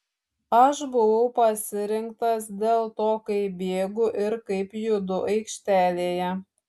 aš buvau pasirinktas dėl to kaip bėgu ir kaip judu aikštelėje